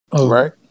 right